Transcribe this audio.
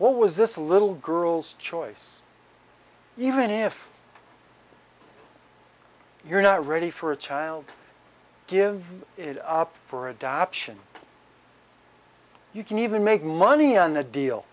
or was this a little girl's choice even if you're not ready for a child give it up for adoption you can even make money on the deal